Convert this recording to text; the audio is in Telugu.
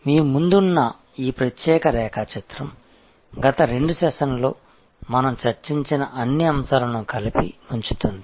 మీ ముందు ఉన్న ఈ ప్రత్యేక రేఖాచిత్రం గత రెండు సెషన్లలో మనం చర్చించిన అన్ని అంశాలను కలిపి ఉంచుతుంది